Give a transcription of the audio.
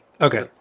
Okay